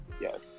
Yes